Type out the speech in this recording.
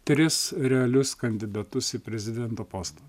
tris realius kandidatus į prezidento postą